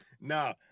no